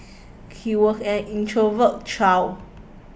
he was an introverted child